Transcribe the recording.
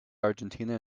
argentina